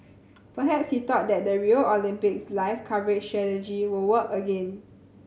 perhaps he thought that the Rio Olympics live coverage strategy will work again